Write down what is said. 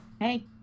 Hey